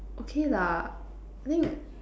okay lah I think